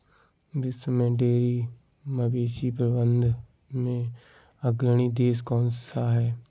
विश्व में डेयरी मवेशी प्रबंधन में अग्रणी देश कौन सा है?